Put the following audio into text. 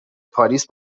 پاریس